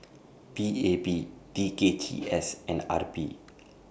P A P T K G S and R P